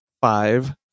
five